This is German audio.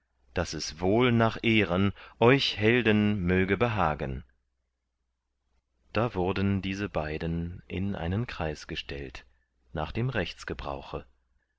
daß es wohl nach ehren euch helden möge behagen da wurden diese beiden in einen kreis gestellt nach dem